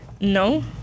No